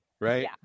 Right